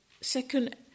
second